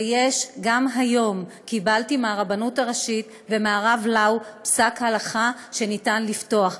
גם היום קיבלתי מהרבנות הראשית ומהרב לאו פסק הלכה שניתן לפתוח,